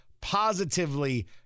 positively